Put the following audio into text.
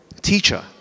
Teacher